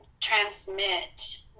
transmit